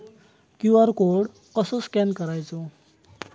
QR code कसो scan करायचो?